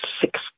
six